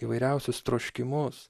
įvairiausius troškimus